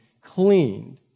cleaned